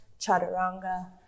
chaturanga